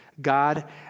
God